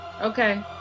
Okay